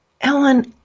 Ellen